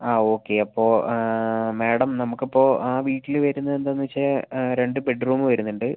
ആ ഓക്കെ അപ്പോൾ മേഡം നമുക്കപ്പോൾ ആ വീട്ടിൽ വരുന്നത് എന്താണെന്ന് വെച്ചാൽ രണ്ട് ബെഡ്റൂം വരുന്നുണ്ട്